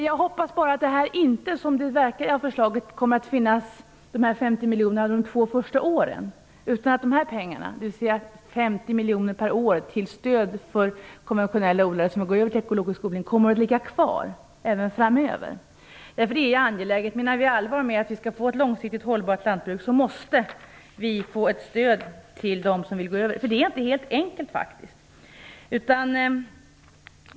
Jag hoppas bara att det inte blir som det verkar av förslaget, att de 50 miljonerna betalas under de två första åren, utan att dessa 50 miljoner per år till konventionella odlare som vill gå över till ekologisk odling kommer att finnas kvar även framöver. Det är angeläget. Om vi menar allvar med ett långsiktigt hållbart lantbruk måste det finnas ett stöd för dem som vill gå över till ekologisk odling. Det är faktiskt inte helt enkelt.